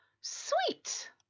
Sweet